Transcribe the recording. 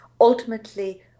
ultimately